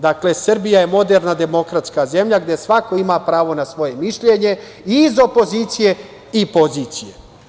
Dakle, Srbija je moderna demokratska zemlja gde svako ima pravo na svoje mišljenje i iz opozicije i pozicije.